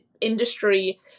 industry